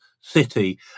city